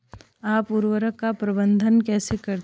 आप उर्वरक का प्रबंधन कैसे करते हैं?